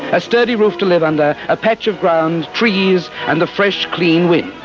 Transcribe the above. a sturdy roof to live under, a patch of ground, trees, and a fresh, clean wind.